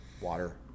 water